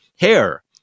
hair